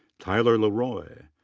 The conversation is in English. tyler le roy.